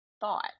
thought